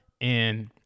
and-